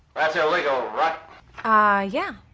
that's illegal right? ah yeah,